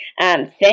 Thank